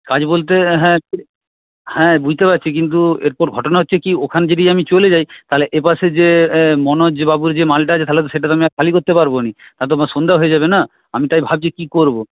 কাজ বলতে হ্যাঁ হ্যাঁ বুঝতে পারছি কিন্তু এরপর ঘটনা হচ্ছে কি ওখান দিয়েই যদি আমি চলে যাই তালে এপাশে যে মনোজবাবুর যে মালটা আছে তাহলে তো সেটা তো আমি আর খালি করতে পারবনি তো সন্ধ্যা হয়ে যাবে না আমি তাই ভাবছি কি করবো